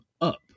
up